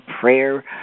prayer